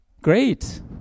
Great